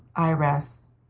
i rest,